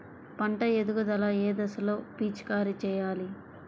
పంట ఎదుగుదల ఏ దశలో పిచికారీ చేయాలి?